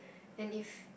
and if